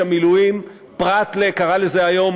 מיכאלי, לפרוטוקול, הצביעה נגד.